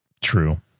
True